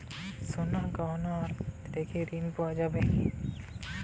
সোনার গহনা রেখে ঋণ পাওয়া যাবে কি?